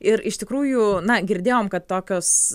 ir iš tikrųjų na girdėjom kad tokios